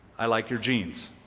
i like your genes.